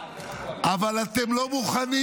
אבל אתם לא מוכנים